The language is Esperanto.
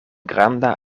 granda